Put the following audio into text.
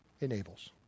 enables